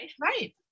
Right